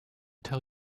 tell